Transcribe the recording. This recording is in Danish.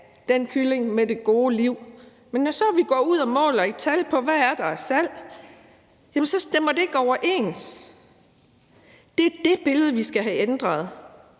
have kyllingen med det gode liv. Men når vi så går ud og måler i tal på, hvad der er af salg, så stemmer folks udsagn ikke overens med det. Det er det billede, vi skal have ændret.